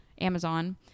amazon